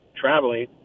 traveling